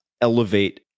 elevate